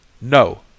No